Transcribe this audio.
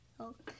Okay